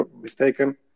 mistaken